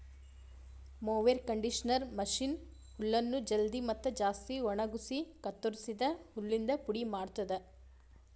mower conditioner machine ಹುಲ್ಲನ್ನು ಜಲ್ದಿ ಮತ್ತ ಜಾಸ್ತಿ ಒಣಗುಸಿ ಕತ್ತುರಸಿದ ಹುಲ್ಲಿಂದ ಪುಡಿ ಮಾಡ್ತುದ